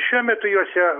šiuo metu juose